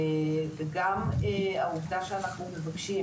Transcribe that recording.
וגם העובדה שאנחנו מבקשים,